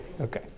Okay